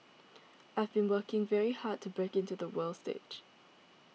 I have been working very hard to break into the world stage